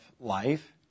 life